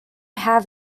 have